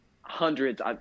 hundreds